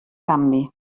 canvi